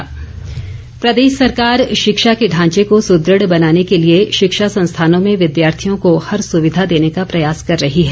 वीरेन्द्र कंवर प्रदेश सरकार शिक्षा के ढांचे को सुदृढ़ बनाने के लिए शिक्षा संस्थानों में विद्यार्थियों को हर सुविधा देने का प्रयास कर रही है